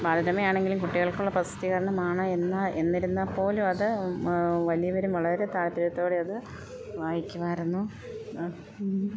ബാലരമയാണെങ്കിലും കുട്ടികൾക്കുള്ള പ്രസിദ്ധീകരണമാണ് എന്ന എന്നിരുന്നാൽ പോലും അത് വലിയവരും വളരെ താല്പര്യത്തോടെ അത് വായിക്കുമായിരുന്നു